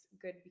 good